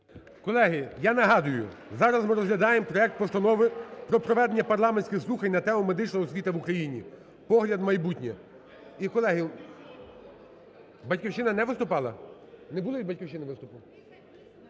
Колеги, я нагадую, зараз ми розглядаємо проект Постанови про проведення парламентських слухань на тему: "Медична освіта в Україні: погляд у майбутнє". І, колеги... "Батьківщина" не виступала? Не було від "Батьківщини" виступу?